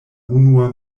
unua